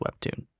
Webtoon